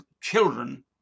children